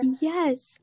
Yes